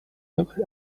looked